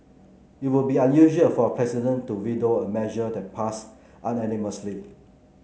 it would be unusual for a president to veto a measure that passed unanimously